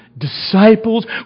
Disciples